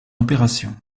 opération